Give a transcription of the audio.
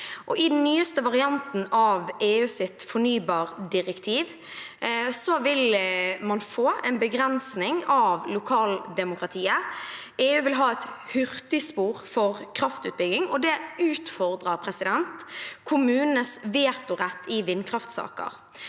I den nyeste varianten av EUs fornybardirektiv vil man få en begrensning av lokaldemokratiet. EU vil ha et hurtigspor for kraftutbygging, og det utfordrer kommunenes vetorett i vindkraftsaker.